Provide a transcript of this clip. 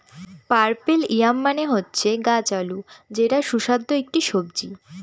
purple yam মানে হচ্ছে গাছ আলু যেটা সুস্বাদু একটি সবজি